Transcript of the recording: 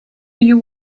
you